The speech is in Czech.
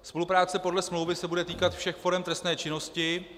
Spolupráce podle smlouvy se bude týkat všech forem trestné činnosti.